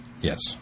yes